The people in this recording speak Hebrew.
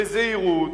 בזהירות,